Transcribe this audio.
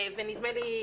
נדמה לי,